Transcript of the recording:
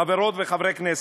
חברות וחברי הכנסת,